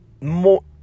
more